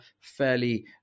fairly